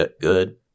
good